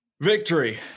Victory